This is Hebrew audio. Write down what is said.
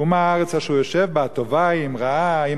ומה הארץ אשר הוא ישב בה הטובה היא אם רעה", האם